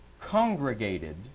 congregated